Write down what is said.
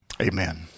amen